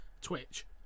Twitch